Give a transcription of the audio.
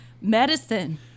Medicine